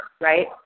right